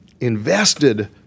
invested